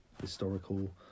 historical